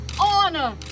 honor